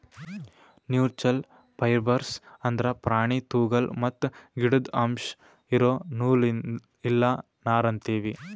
natural fibres ಅಂದ್ರ ಪ್ರಾಣಿ ತೊಗುಲ್ ಮತ್ತ್ ಗಿಡುದ್ ಅಂಶ್ ಇರೋ ನೂಲ್ ಇಲ್ಲ ನಾರ್ ಅಂತೀವಿ